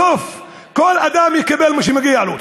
בסוף כל אדם יקבל מה שמגיע לו.